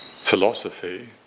philosophy